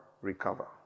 recover